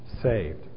saved